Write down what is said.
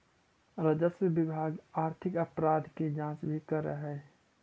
राजस्व विभाग आर्थिक अपराध के जांच भी करऽ हई